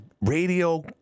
radio